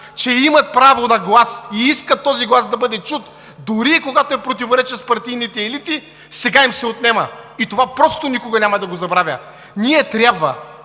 че имат право на глас и искат този глас да бъде чут, дори и когато е в противоречие с партийните елити, сега им се отнема! И това просто никога няма да го забравят! Ние трябва